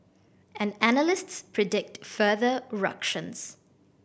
and analysts predict further ructions